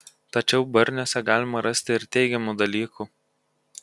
tačiau barniuose galima rasti ir teigiamų dalykų